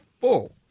full